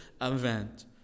event